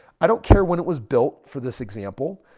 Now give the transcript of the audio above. i don't care when it was built for this example.